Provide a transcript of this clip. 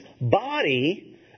body